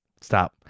Stop